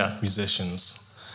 musicians